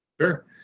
Sure